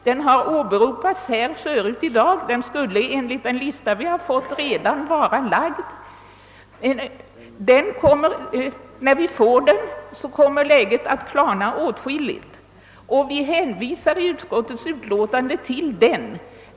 Den har åberopats tidigare i dag och enligt den lista vi fått skulle den egentligen redan vara lagd. När vi får propositionen kommer läget att klarna åtskilligt, och vi hänvisar i utskottsutlåtandet till den.